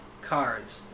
cards